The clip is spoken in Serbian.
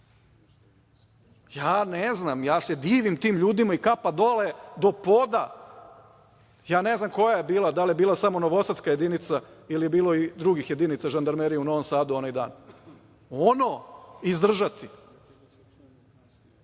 da reaguje. Ja se divim tim ljudima i kapa dole do poda. Ja ne znam koja je bila, da li je bila samo novosadska jedinica ili je bilo i drugih jedinica žandarmerije u Novom Sadu onaj dan. Ono izdržati?